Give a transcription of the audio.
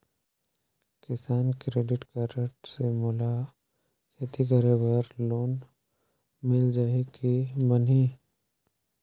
किसान credit card से मोला खेती करे बर लोन मिल जाहि की बनही??